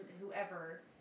whoever